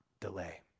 delay